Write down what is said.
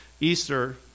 Easter